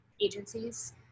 agencies